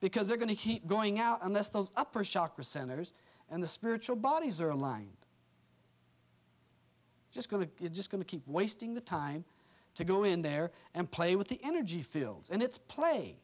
because they're going to keep going out unless those upper shocker centers and the spiritual bodies are aligned just going to be just going to keep wasting the time to go in there and play with the energy fields and it's play